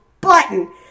button